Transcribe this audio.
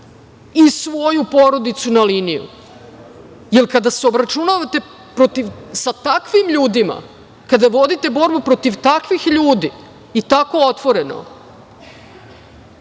i svoju porodicu na liniju. Jer, kada se obračunavate sa takvim ljudima, kada vodite borbu protiv takvih ljudi i tako otvoreno,